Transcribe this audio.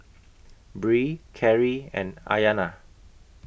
Bree Kerri and Ayanna